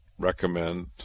recommend